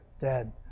Dead